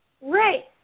Right